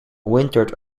wintered